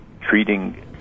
treating